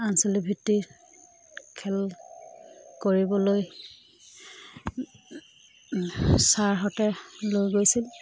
আঞ্চলিক ভিত্তিত খেল কৰিবলৈ ছাৰহঁতে লৈ গৈছিল